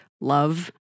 love